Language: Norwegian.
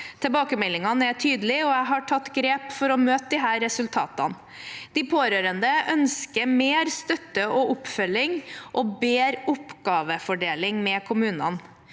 Tilbakemeldingene er tydelige, og jeg har tatt grep for å møte disse resultatene. De pårørende ønsker mer støtte og oppfølging og bedre oppgavefordeling med kommunene.